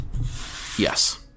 Yes